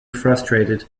frustrated